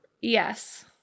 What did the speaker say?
Yes